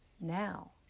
now